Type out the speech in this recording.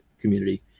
community